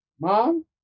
Mom